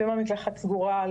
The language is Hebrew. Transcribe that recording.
לפעמים המקלחת סגורה,